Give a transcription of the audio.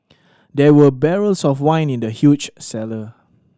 there were barrels of wine in the huge cellar